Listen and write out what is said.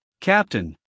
Captain